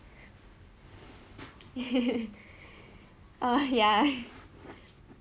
ah ya